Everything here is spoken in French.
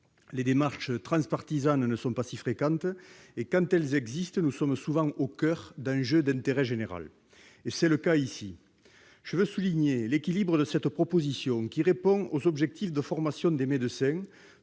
Les démarches transpartisanes ne sont pas si fréquentes, et, quand elles existent, nous sommes souvent au coeur d'enjeux d'intérêt général. C'est le cas ici. Je veux souligner l'équilibre de cette proposition, qui répond aux objectifs de formation des médecins,